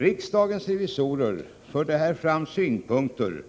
Riksdagens revisorer förde här fram synpunkter